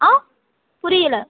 ஆ புரியலை